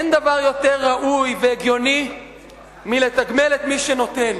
אין דבר יותר ראוי והגיוני מלתגמל את מי שנותן.